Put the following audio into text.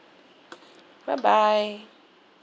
bye bye